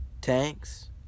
tanks